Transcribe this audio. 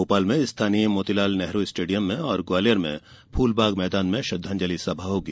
भोपाल में स्थानीय मोतीलाल नेहरू स्टेडियम में और ग्वालियर में फूलबाग मैदान में श्रद्धांजलि सभा होगी